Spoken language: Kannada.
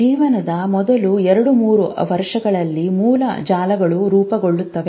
ಜೀವನದ ಮೊದಲ ಎರಡು ಮೂರು ವರ್ಷಗಳಲ್ಲಿ ಮೂಲ ಜಾಲಗಳು ರೂಪುಗೊಳ್ಳುತ್ತವೆ